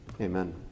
Amen